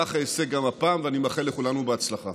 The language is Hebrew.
כך אעשה גם הפעם, ואני מאחל לכולנו הצלחה.